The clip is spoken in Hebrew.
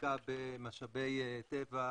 עסקה במשאבי טבע נוספים,